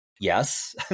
Yes